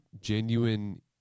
genuine